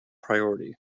priority